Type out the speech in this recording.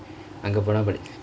அங்க போனா:angka ponaa